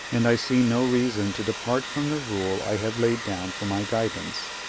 and i see no reason to depart from the rule i have laid down for my guidance,